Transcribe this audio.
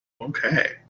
Okay